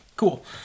Cool